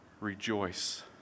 rejoice